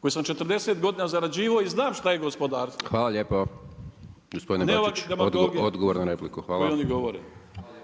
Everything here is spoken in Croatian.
koji sam 40 godina zarađivao i znam šta je gospodarstvo. … /Govornici govore u isto